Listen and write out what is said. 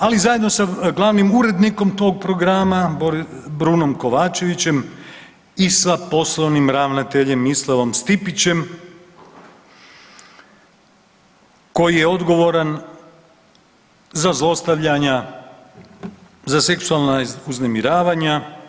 Ali zajedno sa glavnim urednikom tog programa Brunom Kovačevićem i sa poslovnim ravnateljem Mislavom Stipićem koji je odgovoran za zlostavljanja, za seksualna uznemiravanja.